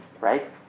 Right